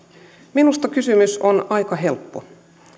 minusta kysymys on aika helppo